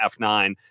F9